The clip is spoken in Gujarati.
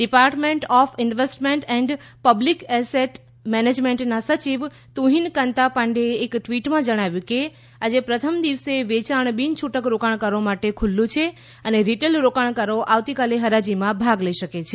department of investment and public asset મેનેજમેન્ટના સચિવ તુહિન કાંતા પાંડેએ એક ટ્વિટમાં જણાવ્યું કે આજે પ્રથમ દિવસે વેચાણ બિન છૂટક રોકાણકારો માટે ખુલ્લું છે અને રિટેલ રોકાણકારો આવતીકાલે હરાજીમાં ભાગ લઈ શકે છે